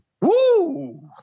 woo